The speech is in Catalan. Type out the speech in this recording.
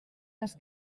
les